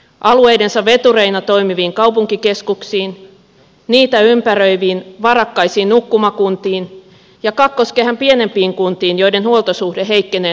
alueidensa vetureina toimiviin kaupunkikeskuksiin niitä ympäröiviin varakkaisiin nukkumakuntiin ja kakkoskehän pienempiin kuntiin joiden huoltosuhde heikkenee nopeasti